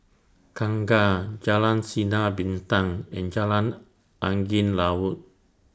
Kangkar Jalan Sinar Bintang and Jalan Angin Laut